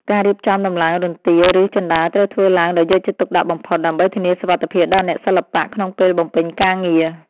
ការរៀបចំដំឡើងរន្ទា ឬជណ្ដើរត្រូវធ្វើឡើងដោយយកចិត្តទុកដាក់បំផុត ដើម្បីធានាសុវត្ថិភាពដល់អ្នកសិល្បៈក្នុងពេលបំពេញការងារ។